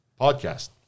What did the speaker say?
podcast